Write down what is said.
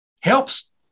helps